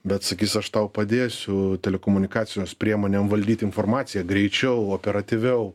bet sakys aš tau padėsiu telekomunikacijos priemonėm valdyt informaciją greičiau operatyviau